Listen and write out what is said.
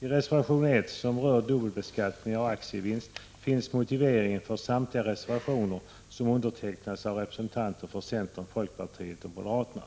I reservation 1, som rör dubbelbeskattning av aktievinst, finns motiveringen för samtliga reservationer som undertecknats av representanter för centern, folkpartiet och moderaterna.